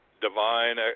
divine